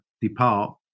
depart